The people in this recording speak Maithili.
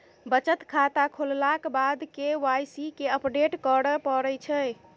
बचत खाता खोललाक बाद के वाइ सी केँ अपडेट करय परै छै